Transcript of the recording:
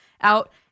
out